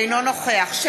אינו נוכח את